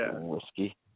whiskey